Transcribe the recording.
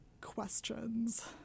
questions